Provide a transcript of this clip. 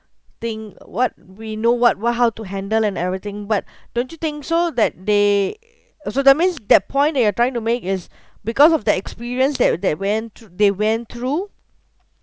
think what we know what what how to handle and everything but don't you think so that they also that means that point they are trying to make is because of the experience that that went thr~ they went through